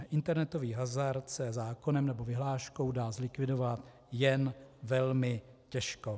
Internetový hazard se zákonem nebo vyhláškou dá zlikvidovat jen velmi těžko.